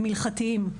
הם הלכתיים,